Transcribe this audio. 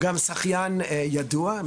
הוא גם שחיין ידוע,